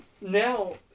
now